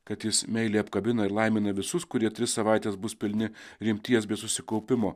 kad jis meiliai apkabina ir laimina visus kurie tris savaites bus pilni rimties bei susikaupimo